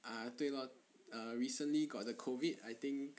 ah 对 lor err recently got the COVID I think